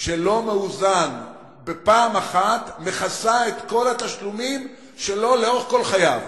שלא מאוזן מכסה בפעם אחת את כל התשלומים שלו לאורך כל חייו,